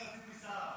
אני רציתי שרה.